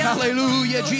Hallelujah